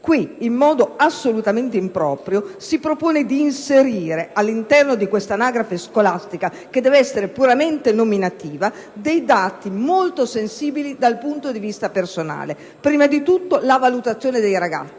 2, in modo assolutamente improprio si propone invece di inserire all'interno dell'anagrafe scolastica, che deve essere puramente nominativa, dati molto sensibili dal punto di vista personale, primo fra tutti la valutazione dei ragazzi,